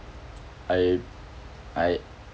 I I